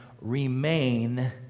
remain